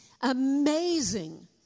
amazing